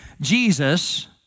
Jesus